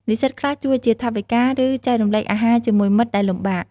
និស្សិតខ្លះជួយជាថវិកា ឬចែករំលែកអាហារជាមួយមិត្តដែលលំបាក។